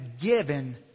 given